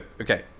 okay